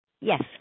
Yes